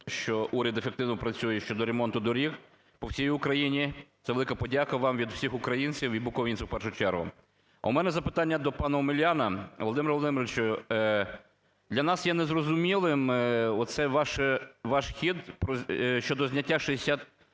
що уряд ефективно працює щодо ремонту доріг по всій Україні. Це велика подяка вам від всіх українців і буковинців, в першу чергу. А в мене запитання до пана Омеляна. Володимире Володимировичу, для нас є незрозумілим оцей ваш хід щодо зняття 68